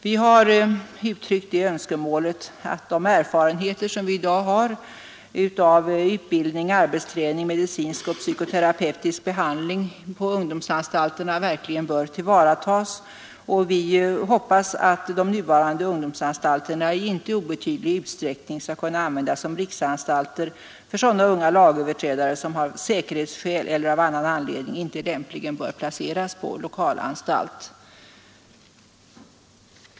Vi har uttryckt det önskemålet att de erfarenheter som vi i dag har av utbildning, arbetsträning, medicinsk och psykoterapeutisk behandling på ungdomsanstalterna verkligen bör tillvaratas, och vi hoppas att de nuvarande ungdomsanstalterna i icke obetydlig utsträckning skall kunna användas som riksanstalter för sådana unga lagöverträdare, som av säkerhetsskäl eller av annan anledning inte lämpligen bör placeras på lokalanstalt.